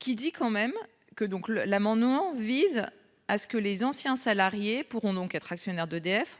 Qui dit quand même que donc le l'amendement vise à ce que les anciens salariés pourront donc être actionnaire d'EDF,